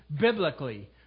biblically